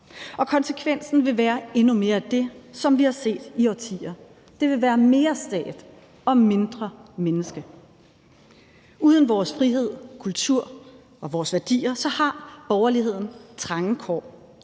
Og konsekvensen vil være endnu mere af det, som vi har set i årtier; det vil være mere stat og mindre menneske. Uden vores frihed, kultur og værdier har borgerligheden trange kår.